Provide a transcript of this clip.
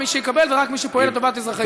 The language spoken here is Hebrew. מי שיקבל זה רק מי שפועל לטובת אזרחי ישראל.